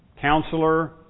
counselor